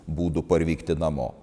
būdų parvykti namo